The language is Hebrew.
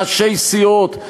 ראשי סיעות,